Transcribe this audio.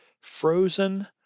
frozen